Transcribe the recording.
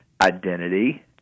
identity